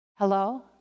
Hello